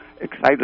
excited